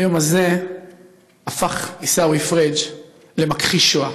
ביום הזה הפך עיסאווי פריג' למכחיש שואה.